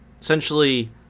essentially